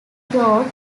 broad